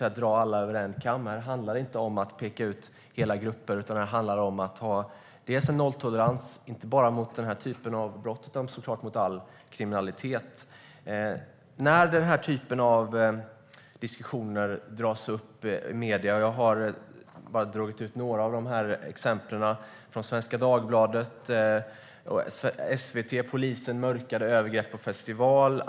När den här typen av diskussioner dras upp i medierna handlar det om att inte peka ut hela grupper utan om att ha en nolltolerans, inte bara mot den här typen av brott utan såklart mot all kriminalitet. Jag har några exempel på rubriker från medierna. Svenska Dagbladet skrev om det, och SVT hade rubriken "Polisen mörkade övergrepp på festival".